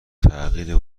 تغییر